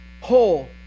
whole